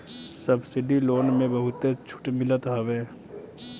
subsidy loan में बहुते छुट मिलत हवे